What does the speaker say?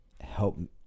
help